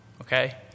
Okay